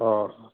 অ